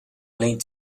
lead